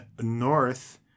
north